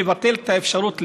לבטל את האפשרות לשלום.